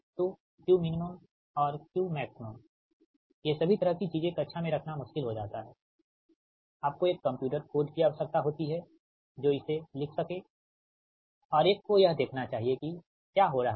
तो Qmin और Qmax ये सभी तरह की चीजें कक्षा में रखना मुश्किल हो जाता है आपको एक कंप्यूटर कोड की आवश्यकता होती हैजो इसे लिख सके और एक को यह देखना चाहिए कि क्या हो रहा है